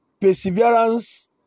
Perseverance